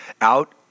out